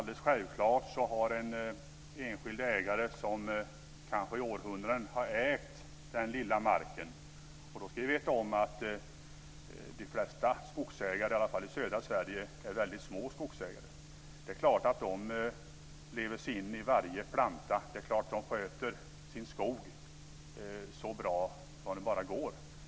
Det är klart att enskilda ägare, som kanske i århundraden har ägt sin lilla mark - och då ska vi veta att de flesta skogsägare, i alla fall i södra Sverige, är väldigt små skogsägare - lever sig in i varje planta. Det är klart att de sköter sin skog så bra det bara går.